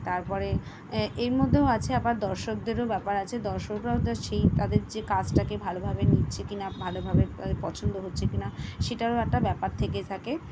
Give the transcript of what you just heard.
তারপরে এর মধ্যেও আছে আবার দর্শকদেরও ব্যাপার আছে দর্শকরাও তা সেই তাদের যে কাজটাকে ভালোভাবে নিচ্ছে কি না ভালোভাবে তাদের পছন্দ হচ্ছে কি না সেটারও একটা ব্যাপার থেকে থাকে